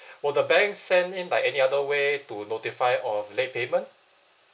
will the bank send in by any other way to notify of late payment